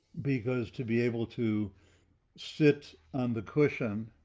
because to be able to sit on the cushion,